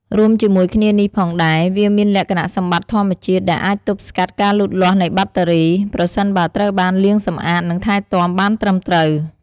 រួមជាមួយគ្នានេះផងដែរ វាមានលក្ខណៈសម្បត្តិធម្មជាតិដែលអាចទប់ស្កាត់ការលូតលាស់នៃបាក់តេរី ប្រសិនបើត្រូវបានលាងសម្អាត និងថែទាំបានត្រឹមត្រូវ។